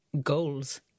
goals